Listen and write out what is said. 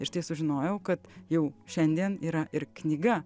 ir štai sužinojau kad jau šiandien yra ir knyga